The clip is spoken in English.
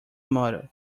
model